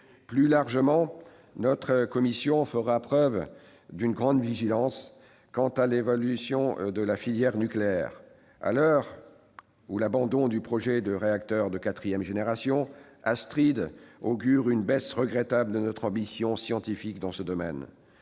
Plus largement, notre commission fera preuve d'une grande vigilance sur l'évolution de la filière nucléaire, à l'heure où l'abandon du projet de réacteur de quatrième génération, Astrid, fait augurer une baisse regrettable de notre ambition scientifique dans ce domaine.